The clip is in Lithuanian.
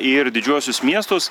ir didžiuosius miestus